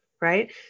right